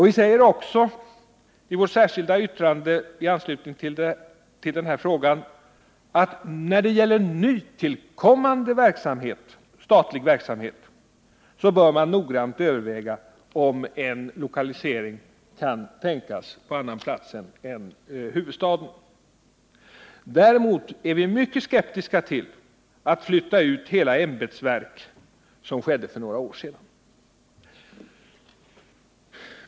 Vi säger också i vårt särskilda yttrande i anslutning till den här frågan att när det gäller nytillkommande statlig verksamhet bör man noggrant överväga om en lokalisering kan tänkas på annan plats än i huvudstaden. Däremot är vi mycket skeptiska till att flytta ut hela ämbetsverk, som skedde för några år sedan.